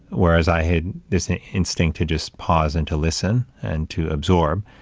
whereas i had this instinct to just pause and to listen and to absorb.